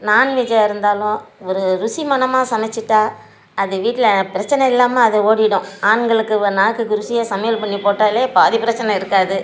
நாண் வெஜ்ஜாக இருந்தாலும் ஒரு ருசி மனமாக சமைச்சிட்டா அது வீட்டில பிரச்சனை இல்லாமல் அது ஓடிடும் ஆண்களுக்கு நாக்குக்கு ருசியாக சமையல் பண்ணி போட்டாலே பாதி பிரச்சனை இருக்காது